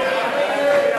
להצביע.